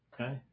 Okay